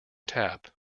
tap